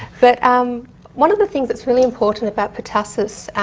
but um one of the things that's really important about pertussis,